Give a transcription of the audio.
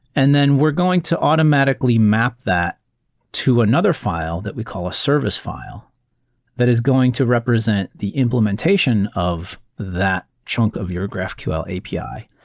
and then we're going to automatically map that to another file that we call a service file that is going to represent the implementation of that chunk of your graphql api,